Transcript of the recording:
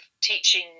teaching